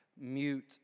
mute